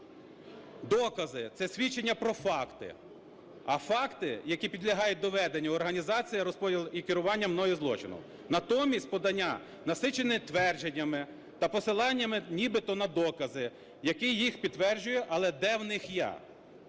Докази – це свідчення про факти, а факти, які підлягають доведенню – організація, розподіл і керування мною злочином. Натомість подання насичене твердженнями та посиланнями нібито на докази, які їх підтверджує, але де в них я?